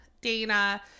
Dana